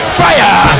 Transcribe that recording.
fire